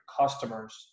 customers